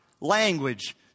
language